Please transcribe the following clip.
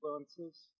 influences